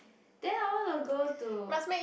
then I wanna go to